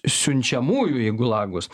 siunčiamųjų į gulagus